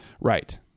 Right